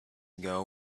ago